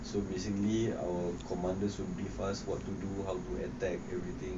so basically our commanders will give us what to do how to attack everything